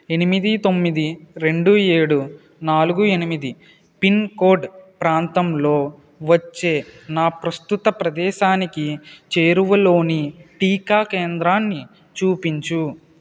ఎనిమిది తొమ్మిది రెండు ఏడూ నాలుగు ఎనిమిది పిన్కోడ్ ప్రాంతంలో వచ్చే నా ప్రస్తుత ప్రదేశానికి చేరువలోని టీకా కేంద్రాన్ని చూపించు